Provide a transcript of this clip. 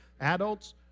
adults